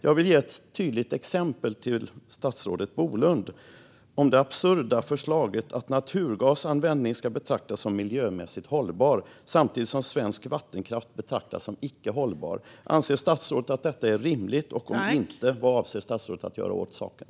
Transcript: Jag vill ge ett tydligt exempel till statsrådet Bolund, nämligen det absurda förslaget att naturgasanvändning ska betraktas som miljömässigt hållbar samtidigt som svensk vattenkraft betraktas som icke hållbar. Anser statsrådet att detta är rimligt, och om inte, vad avser statsrådet att göra åt saken?